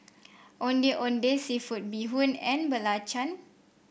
Ondeh Ondeh seafood Bee Hoon and Belacan